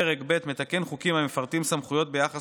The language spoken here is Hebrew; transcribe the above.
פרק ב' מתקן חוקים המפרטים סמכויות ביחס